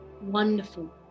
Wonderful